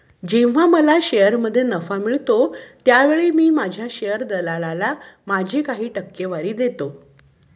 जेव्हा मला शेअरमध्ये नफा मिळतो त्यावेळी मी माझ्या शेअर दलालाला माझी काही टक्केवारी देतो